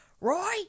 Roy